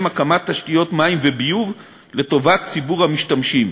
הקמת תשתיות מים וביוב לטובת ציבור המשתמשים,